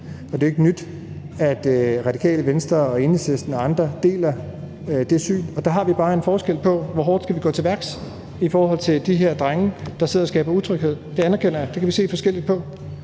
Og det er jo ikke nyt, at Radikale Venstre, Enhedslisten og andre deler det syn, og der er der bare en forskel på os i forhold til spørgsmålet: Hvor hårdt skal vi gå til værks i forhold til de her drenge, der sidder og skaber utryghed? Det anerkender jeg. Det kan vi se forskelligt på.